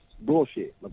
bullshit